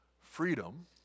freedom